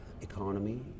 economy